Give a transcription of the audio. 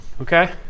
Okay